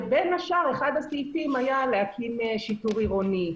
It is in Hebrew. ובין השאר, אחד הסעיפים היה להקים שיטור עירוני.